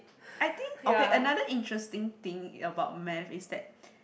I think okay another interesting thing about math is that